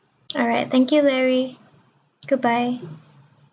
alright thank you larry goodbye